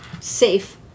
safe